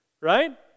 right